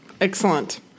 excellent